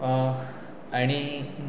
आनी